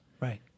Right